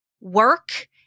work